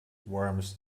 worms